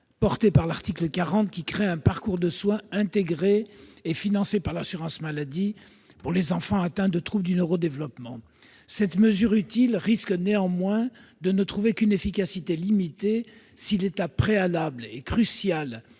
porté par l'article 40, qui crée un parcours de soins intégré et financé par l'assurance maladie pour les enfants atteints de troubles du neuro-développement. Cette mesure utile risque néanmoins de ne trouver qu'une effectivité limitée si l'étape préalable- et cruciale